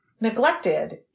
neglected